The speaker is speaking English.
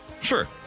sure